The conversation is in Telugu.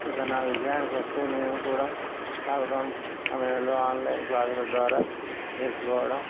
ఇక నా విషయాకొస్తే నేను కూడా లాక్డౌన్ సమయంలో ఆన్లైన్ క్లాసుల ద్వారా నేర్చుకోవడం